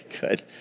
good